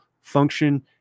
function